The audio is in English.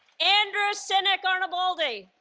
andrew sinek arnaboldi